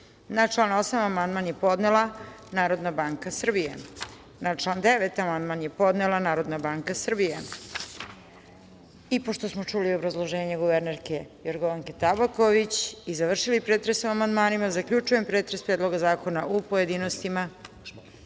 član 8. amandman je podnela Narodna banka Srbije. Na član 9. amandman je podnela Narodna banka Srbije. Pošto smo čuli obrazloženje guvernerke Jorgovanke Tabaković i završili pretres o amandmanima, zaključujem pretres Predloga zakona, u pojedinostima. Gospodin